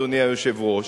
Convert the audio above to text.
אדוני היושב-ראש?